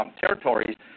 territories